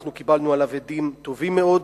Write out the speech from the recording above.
אני קיבלנו עליו הדים טובים מאוד.